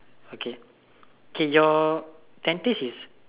okay okay your tentage is